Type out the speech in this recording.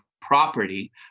property